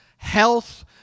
health